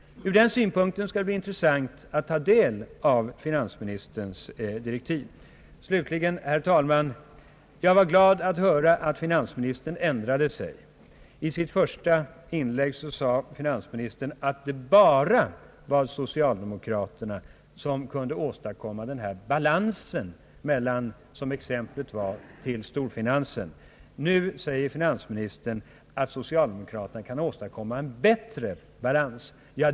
Ur den synvinkeln skall det bli intressant att ta del av finansministerns direktiv. Slutligen, herr talman, vill jag förklara att jag var glad över att höra att finansministern ändrade sig. I sitt första inlägg sade finansministern att det bara var socialdemokraterna som kunde åstadkomma balans i förhållandet till storfinansen. Nu säger finansministern att socialdemokraterna kan åstadkomma en bättre balans.